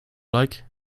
like